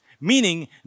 meaning